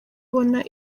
abona